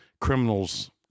criminals